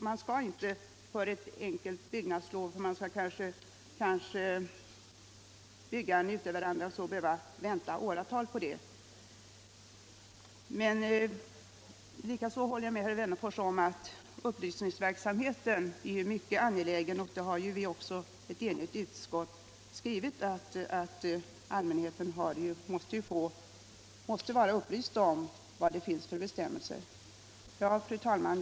Man skall inte behöva vänta i åratal på ett byggnadslov för att t.ex. bygga en enkel uteveranda eller liknande. Likaså håller jag med herr Wennerfors om alt upplysningsverksamheten är mycket viktig. Ett enigt utskott har ju också skrivit att allmänheten måste vara upplyst om vilka bestämmelser som gäller. Fru talman!